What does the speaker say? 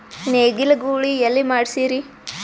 ನೇಗಿಲ ಗೂಳಿ ಎಲ್ಲಿ ಮಾಡಸೀರಿ?